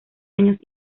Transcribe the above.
años